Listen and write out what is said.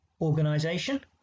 organization